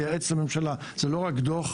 לייעץ לממשלה זה לא רק דוח,